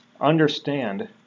understand